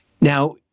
Now